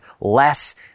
less